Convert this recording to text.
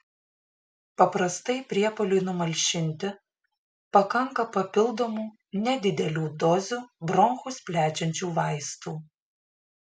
paprastai priepuoliui numalšinti pakanka papildomų nedidelių dozių bronchus plečiančių vaistų